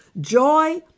joy